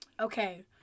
Okay